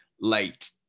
late